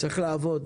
צריך לעבוד,